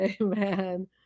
Amen